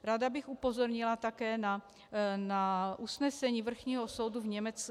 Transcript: Ráda bych upozornila také na usnesení vrchního soudu v Německu.